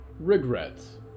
Regrets